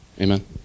Amen